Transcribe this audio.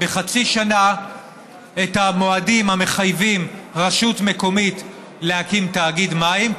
בחצי שנה את המועדים המחייבים רשות מקומית להקים תאגיד מים,